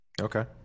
okay